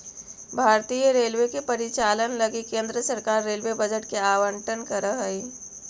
भारतीय रेलवे के परिचालन लगी केंद्र सरकार रेलवे बजट के आवंटन करऽ हई